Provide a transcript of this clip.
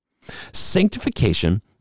Sanctification